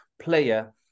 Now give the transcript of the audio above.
player